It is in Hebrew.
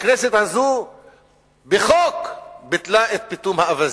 הכנסת הזו ביטלה בחוק את פיטום האווזים,